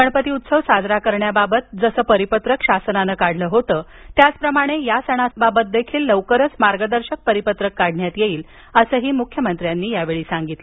गणपती उत्सव साजरा करण्याबाबत जसं परिपत्रक शासनानं काढलं होतं त्याचप्रमाणे या सणाबाबत देखील लवकरच मार्गदर्शक परिपत्रक काढण्यात येईल असं मुख्यमंत्र्यांनी सांगितलं